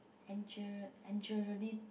Angeline